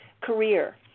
career